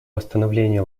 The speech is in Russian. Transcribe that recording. восстановления